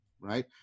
Right